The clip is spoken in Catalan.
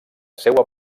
seua